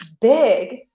big